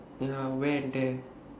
ya wear and tear